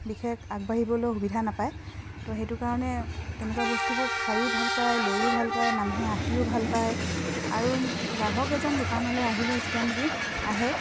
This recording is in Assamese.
বিশেষ আগবাঢ়িবলৈ সুবিধা নাপায় তো সেইটো কাৰণে তেনেকুৱা বস্তুবোৰ খায়ো ভাল পায় লৈয়ো ভাল পায় মানুহে আহিও ভাল পায় আৰু কি গ্ৰাহক এজন দোকানলে আহিলে যেতিয়া নেকি আহে